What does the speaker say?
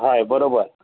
हय बरोबर